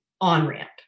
on-ramp